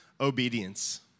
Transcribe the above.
obedience